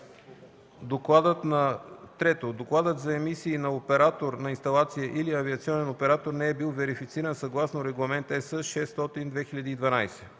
3. докладът за емисиите на оператор на инсталация или авиационен оператор не е бил верифициран съгласно Регламент (ЕС)